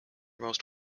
most